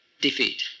Defeat